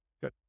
Good